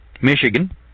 Michigan